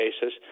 basis